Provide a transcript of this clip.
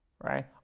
right